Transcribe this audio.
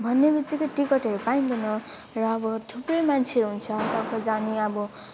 भन्ने बित्तिकै टिकटहरू पाइँदैन र अब थुप्रै मान्छे हुन्छ यता उता जाने अब